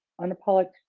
unapologetic